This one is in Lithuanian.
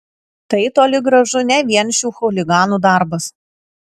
tai toli gražu ne vien šių chuliganų darbas